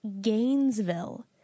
gainesville